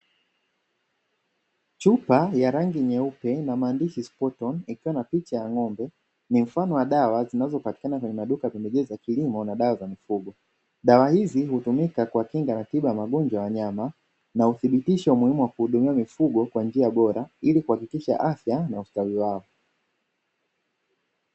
Chupa ya rangi nyeupe na maandishi "SPOT ON" ikiwa na picha ya ng'ombe ni mfano wa dawa zinazopatikana kwenye maduka ya pembejeo za kilimo na dawa za mifugo, dawa hizi hutumika kuwakinga na tiba ya magonjwa ya wanyama, na uthibitisho umuhimu wa kuhudumiwa mifugo kwa njia bora ili kuhakikisha afya na ustawi wao.